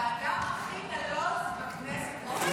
אתה האדם הכי נלוז בכנסת הזו.